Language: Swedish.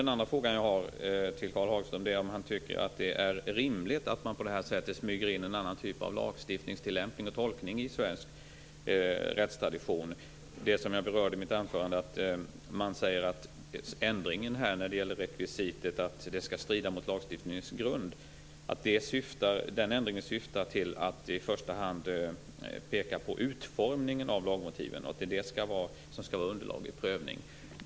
En annan fråga jag har till Karl Hagström är om han tycker att det är rimligt att man på det här sättet smyger in en annan typ av lagstiftningstillämpning och tolkning i svensk rättstradition. Som jag berörde i mitt anförande säger man att ändringen av rekvisitet att det skall strida mot lagstiftningens grund syftar till att i första hand peka på utformningen av lagmotiven och att det skall utgöra underlag vid prövning.